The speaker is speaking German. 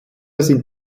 sind